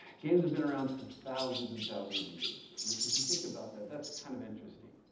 games have been around for thousands and thousands of years which if you think about that, that's kind of interesting.